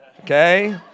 okay